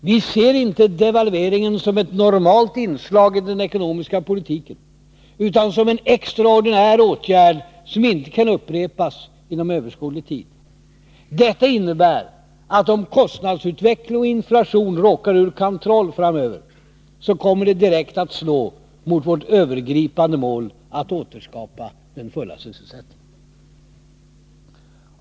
Vi ser inte devalveringen som ett normalt inslag i den ekonomiska politiken utan som en extraordinär åtgärd som inte kan upprepas inom överskådlig tid. Detta innebär att om kostnadsutveckling och inflation råkar ur kontroll framöver, kommer det direkt att slå mot vårt övergripande mål att återskapa den fulla sysselsättningen.